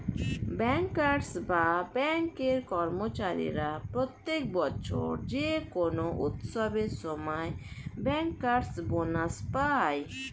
bankers বা ব্যাঙ্কের কর্মচারীরা প্রত্যেক বছর যে কোনো উৎসবের সময় ব্যাংকার্স বোনাস পায়